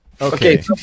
Okay